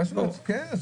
כן.